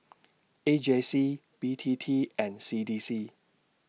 A J C B T T and C D C